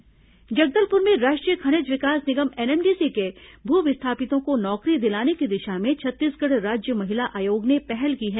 NMDC नौकरी जगदलपुर में राष्ट्रीय खनिज विकास निगम एनएमडीसी के भू विस्थापितों को नौकरी दिलाने की दिशा में छत्तीसगढ़ राज्य महिला आयोग ने पहल की है